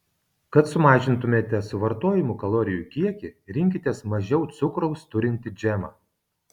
kad sumažintumėte suvartojamų kalorijų kiekį rinkitės mažiau cukraus turintį džemą